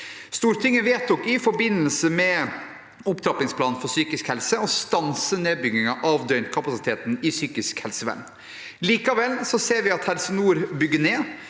Stortinget vedtok i forbindelse med opptrappingsplanen for psykisk helse å stanse nedbyggingen av døgnkapasiteten i psykisk helsevern. Likevel ser vi at Helse nord bygger ned,